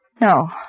No